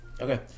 okay